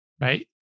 right